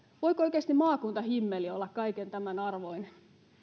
voiko maakuntahimmeli olla oikeasti kaiken tämän arvoinen